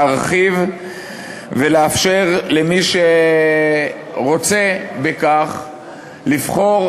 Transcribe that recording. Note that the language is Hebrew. להרחיב ולאפשר למי שרוצה בכך לבחור,